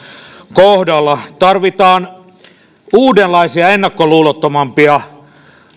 kohdalla tarvitaan uudenlaisia ennakkoluulottomampia